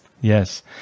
Yes